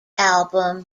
album